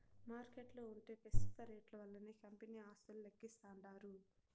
మార్కెట్ల ఉంటే పెస్తుత రేట్లు వల్లనే కంపెనీ ఆస్తులు లెక్కిస్తాండారు